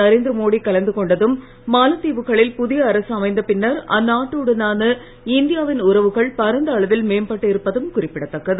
நரேந்திர மோடி கலந்து கொண்டதும் மாலத்தீவுகளில் புதிய அரசு அமைந்த பின்னர் அந்நாட்டுடனான இந்தியா வின் உறவுகள் பரந்த அளவில் மேம்பட்டிருப்பதும் குறிப்பிடத்தக்கது